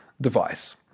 device